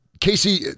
Casey